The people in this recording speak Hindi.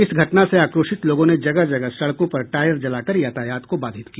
इस घटना से आक्रोशित लोगों ने जगह जगह सड़कों पर टायर जलाकर यातायात को बाधित किया